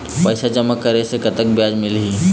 पैसा जमा करे से कतेक ब्याज मिलही?